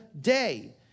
day